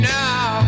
now